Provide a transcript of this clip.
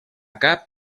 cap